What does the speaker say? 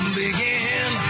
begin